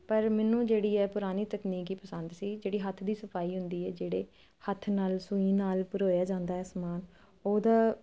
ਪਰ ਮੈਨੂੰ ਜਿਹੜੀ ਹ ਪੁਰਾਣੀ ਤਕਨੀਕ ਈ ਪਸੰਦ ਸੀ ਜਿਹੜੀ ਹੱਥ ਦੀ ਸਫਾਈ ਹੁੰਦੀ ਹ ਜਿਹੜੇ ਹੱਥ ਨਾਲ ਸੂਈ ਨਾਲ ਪਰੋਇਆ ਜਾਂਦਾ ਐ ਸਮਾਨ ਉਹਦਾ